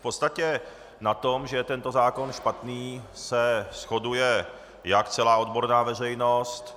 V podstatě na tom, že je tento zákon špatný, se shoduje jak celá odborná veřejnost.